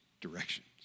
directions